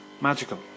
Magical